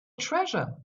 treasure